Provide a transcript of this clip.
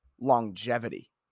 longevity